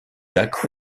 lac